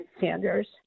Sanders